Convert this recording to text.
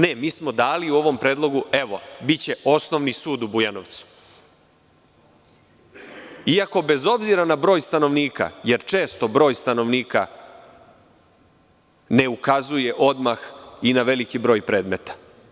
Ne, mi smo dali u ovom predlogu, biće osnovni sud u Bujanovcu, iako bez obzira na broj stanovnika, jer često broj stanovnika ne ukazuje odmah na veliki broj predmeta.